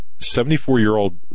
74-year-old